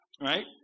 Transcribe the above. Right